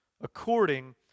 according